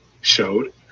showed